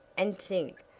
and think,